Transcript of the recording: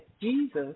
Jesus